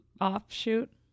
offshoot